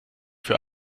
für